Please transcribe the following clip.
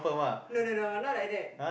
no no no I'm not like that